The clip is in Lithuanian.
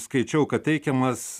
skaičiau kad teikiamas